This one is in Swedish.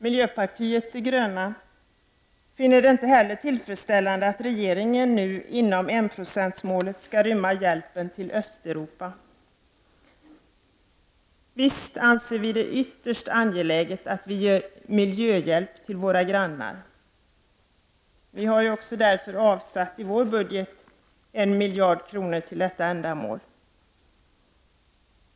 Miljöpartiet de gröna finner det inte heller tillfredsställande att regeringen nu också inom enprocentsmålet skall rymma hjälpen till Östeuropa. Visst anser vi det ytterst angeläget att vi ger miljöhjälp till våra grannar. Vi här därför i vår budget avsatt en miljard kronor till detta ändamål.